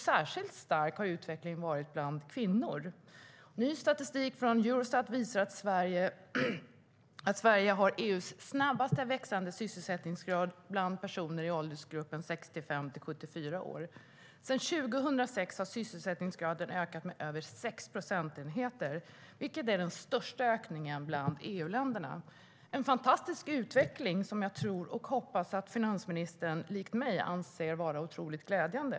Särskilt stark har utvecklingen varit bland kvinnor. Ny statistik från Eurostat visar att Sverige har EU:s snabbaste växande sysselsättningsgrad bland personer i åldersgruppen 65-74 år. Sedan 2006 har sysselsättningsgraden ökat med över sex procentenheter, vilket är den största ökningen bland EU-länderna - en fantastisk utveckling som jag tror och hoppas att finansministern likt mig anser vara otroligt glädjande.